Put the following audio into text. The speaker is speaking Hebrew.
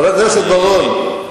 חבר הכנסת בר-און,